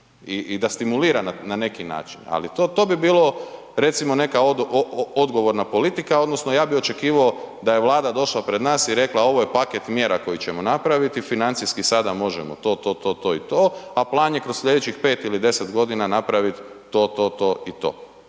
i da stimulira na neki način, ali to, to bi bilo recimo, neka odgovorna politika, odnosno ja bih očekivao da je Vlada došla pred nas i rekla ovo je paket mjera koje ćemo napraviti, financijski sada možemo to, to, to i to, a plan je kroz sljedećih 5 ili 10 godina napraviti to, to, to i to.